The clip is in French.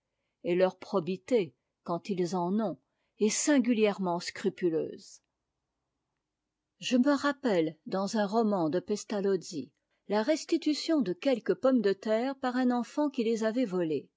et leur probité quand ils en ont est singulièrement scrupuleuse je me rappelle dans un roman de pestalozzi la restitution de quelques pommes de terre par un enfant qui les avait votées